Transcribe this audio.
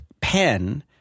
pen